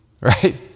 right